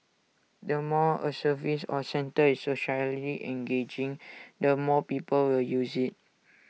the more A service or centre is socially engaging the more people will use IT